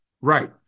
Right